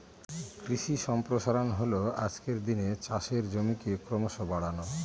কৃষি সম্প্রসারণ হল আজকের দিনে চাষের জমিকে ক্রমশ বাড়ানো